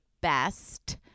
BEST